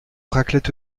raclette